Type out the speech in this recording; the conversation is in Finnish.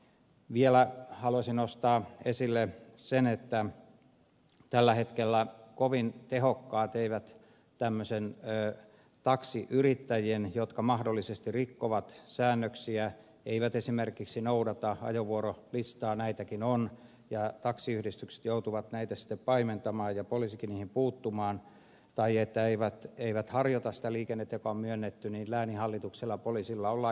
vielä haluaisin nostaa esille sen että tällä hetkellä kovin tehokkaasti ei voida puuttua tämmöisten taksiyrittäjien toimintaan jotka mahdollisesti rikkovat säännöksiä eivät esimerkiksi noudata ajovuorolistaa näitäkin on taksiyhdistykset joutuvat näitä sitten paimentamaan ja poliisikin niihin puuttumaan tai eivät harjoita sitä liikennettä joka on myönnetty niin lääninhallituksella oli sillä olla